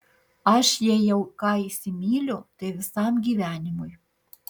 aš jei jau ką įsimyliu tai visam gyvenimui